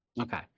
Okay